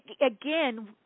again